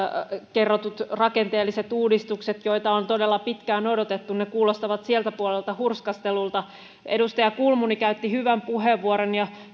kerrotut rakenteelliset uudistukset joita on todella pitkään odotettu kuulostavat sieltä puolelta hurskastelulta edustaja kulmuni käytti hyvän puheenvuoron ja